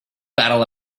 battle